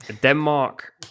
Denmark